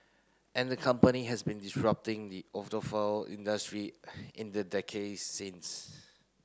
and the company has been disrupting the industry in the decade since